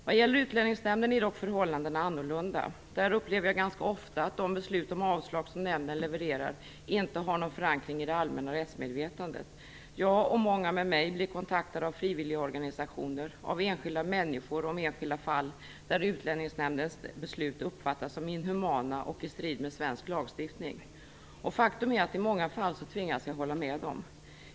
Vad gäller Utlänningsnämnden är dock förhållandena annorlunda. Där upplever jag ganska ofta att de beslut om avslag som nämnden levererar inte har någon förankring i det allmänna rättsmedvetandet. Jag, och många med mig, blir kontaktade av frivilligorganisationer och av enskilda människor om enskilda fall där Utlänningsnämndens beslut uppfattas som inhumana och i strid med svensk lagstiftning. Och faktum är att jag i många fall tvingas hålla med dem.